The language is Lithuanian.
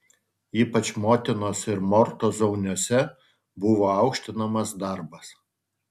ypač motinos ir mortos zauniuose buvo aukštinamas darbas